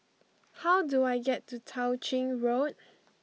how do I get to Tao Ching Road